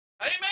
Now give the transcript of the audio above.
Amen